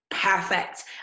perfect